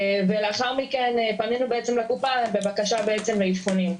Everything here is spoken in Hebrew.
ולאחר מכן פנינו לקופה בבקשה לאבחונים.